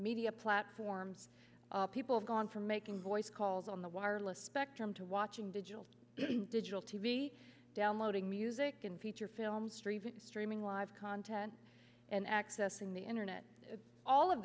media platforms people have gone from making voice calls on the wireless spectrum to watching digital digital t v downloading music in feature films streaming streaming live content and accessing the internet all of